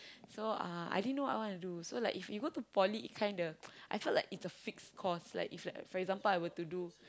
so uh I didn't know what I want to do so like if you to like Poly it kinda I felt like it's a fixed course like if like for example I would to do